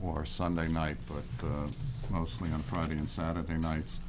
war sunday night but mostly on friday and saturday nights